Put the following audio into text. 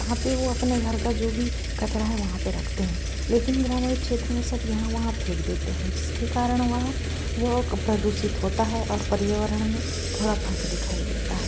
जहाँ पर वह अपने घर का जो भी कचरा है वहाँ पर रखते हैं लेकिन ग्रामीण क्षेत्र में सब यहाँ वहाँ फेंक देते हैं जिसके कारण वह वह प्रदूषित होता है और पर्यावरण में थोड़ा फ़र्क दिखाई देता है